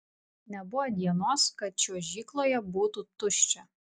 nebuvo dienos kad čiuožykloje būtų tuščia